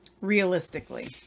Realistically